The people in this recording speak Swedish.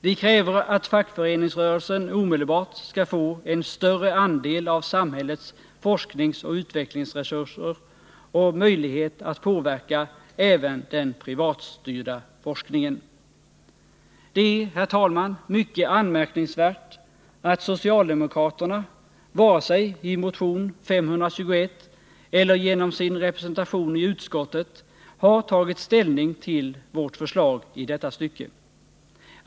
Vi kräver att fackföreningsrörelsen omedelbart skall få en större andel av samhällets forskningsoch utvecklingsresurser och möjlighet att påverka även den privatstyrda forskningen. Det är, herr talman, mycket anmärkningsvärt att socialdemokraterna varken i motionen 521 eller genom sin representation i utskottet har tagit ställning till vårt förslag i detta stycke.